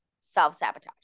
self-sabotage